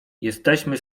jesteśmy